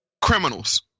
criminals